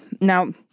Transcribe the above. Now